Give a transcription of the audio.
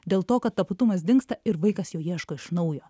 dėl to kad tapatumas dingsta ir vaikas jo ieško iš naujo